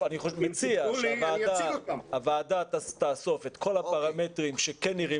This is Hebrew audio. אני מציע שהוועדה תאסוף את כל הפרמטרים שכן נראים